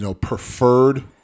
preferred